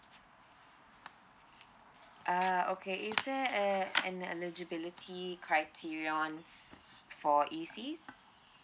ah okay is there a an eligibility criteria on for E_C